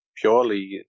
purely